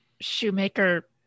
shoemaker